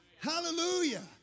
Hallelujah